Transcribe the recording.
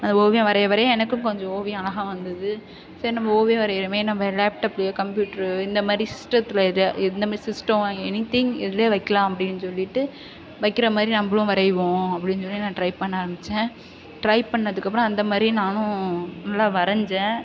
அந்த ஓவியம் வரைய வரைய எனக்கும் கொஞ்சம் ஓவியம் அழகாக வந்தது சரி நம்ம ஓவியம் வரைகிறோமே நம்ம லேப்டாப்லேயோ கம்ப்யூட்ரு இந்தமாதிரி சிஸ்ட்டத்தில் எதாது இந்தமாரி சிஸ்ட்டம் எனித்திங் எதுலேயோ வைக்கிலாம் அப்படின் சொல்லிவிட்டு வைக்கிற மாதிரி நம்மளும் வரைவோம் அப்படின் சொல்லி நான் ட்ரை பண்ண ஆரமித்தேன் ட்ரை பண்ணதுக்கப்புறம் அந்தமாதிரி நானும் நல்லா வரைஞ்சேன்